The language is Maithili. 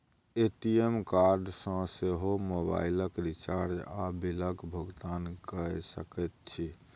ए.टी.एम कार्ड सँ सेहो मोबाइलक रिचार्ज आ बिलक भुगतान कए सकैत छी